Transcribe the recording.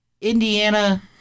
Indiana